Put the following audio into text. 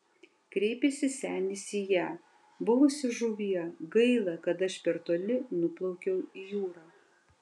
kreipėsi senis į ją buvusi žuvie gaila kad aš per toli nuplaukiau į jūrą